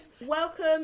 Welcome